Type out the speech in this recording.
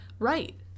Right